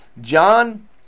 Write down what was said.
John